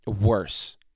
worse